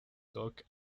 dock